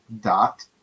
dot